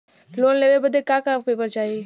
Loan लेवे बदे का का पेपर चाही?